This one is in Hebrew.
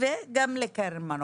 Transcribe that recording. וגיהות וגם לקרן מנוף?